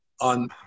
on